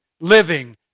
Living